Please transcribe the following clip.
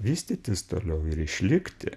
vystytis toliau ir išlikti